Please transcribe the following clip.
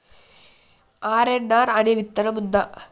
RNR అనే విత్తనం ఉందా?